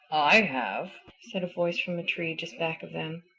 i have, said a voice from a tree just back of them.